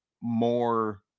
more